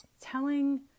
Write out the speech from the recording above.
telling